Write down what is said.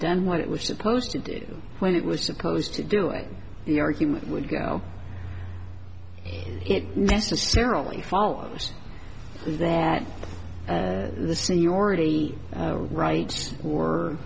done what it was supposed to do when it was supposed to do it the argument would go it necessarily follows that the seniority rights or